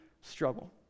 struggle